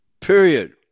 Period